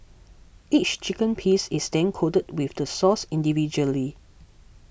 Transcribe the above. each chicken piece is then coated with the sauce individually